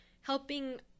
helping